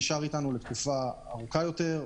נשאר אתנו לתקופה ארוכה יותר,